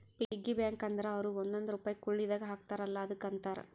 piggy bank ಅಂದುರ್ ಅವ್ರು ಒಂದೊಂದ್ ರುಪೈ ಕುಳ್ಳಿದಾಗ ಹಾಕ್ತಾರ ಅಲ್ಲಾ ಅದುಕ್ಕ ಅಂತಾರ